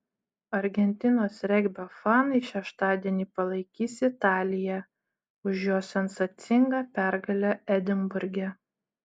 argentinos regbio fanai šeštadienį palaikys italiją už jos sensacingą pergalę edinburge